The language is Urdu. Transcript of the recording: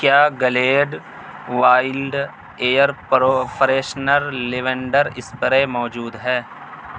کیا Glade wild air pro freshener lavender spray موجود ہے